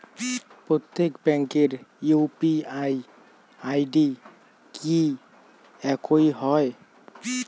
প্রত্যেক ব্যাংকের UPI ID কি একই হয়?